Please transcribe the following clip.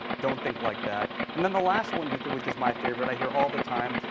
don't think like that. and then the last one, but which is my favorite, i hear all the time.